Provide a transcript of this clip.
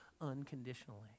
unconditionally